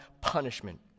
punishment